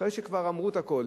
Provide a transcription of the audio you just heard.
ואחרי שכבר אמרו את הכול,